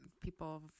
people